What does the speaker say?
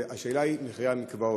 והשאלה היא על המחירים במקוואות.